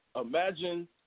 Imagine